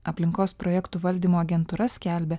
aplinkos projektų valdymo agentūra skelbia